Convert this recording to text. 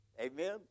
Amen